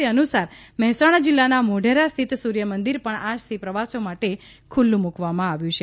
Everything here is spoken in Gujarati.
તે અનુસાર મહેસાણા જિલ્લાના મોઢેરા સ્થિત સૂર્યમંદિર પણ આજથી પ્રવાસીઓ માટે ખૂલ્લુ મૂકવામાં આવ્યું છે